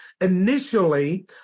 initially